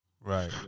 right